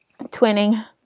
Twinning